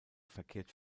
verkehrt